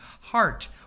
heart